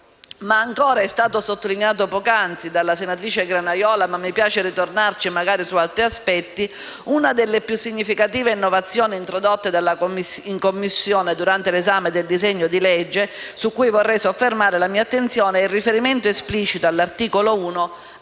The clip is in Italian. Come è stato sottolineato poc'anzi dalla senatrice Granaiola, ma mi piace ritornare sulla questione toccandone altri aspetti, una delle più significative innovazioni introdotte in Commissione durante l'esame del disegno di legge, su cui vorrei soffermare la mia attenzione, è il riferimento esplicito, all'articolo 1,